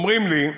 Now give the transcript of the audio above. אומרים לי: